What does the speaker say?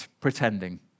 pretending